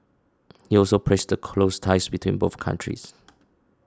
he also praised the close ties between both countries